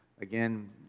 again